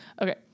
Okay